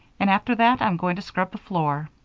and after that i'm going to scrub the floor.